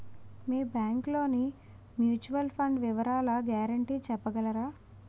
మీ bank లోని mutual fund వివరాల guarantee చెప్పగలరా?